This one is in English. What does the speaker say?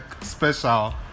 special